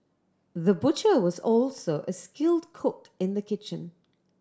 the butcher was also a skilled cook in the kitchen